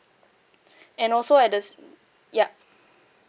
and also at the yup